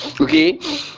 Okay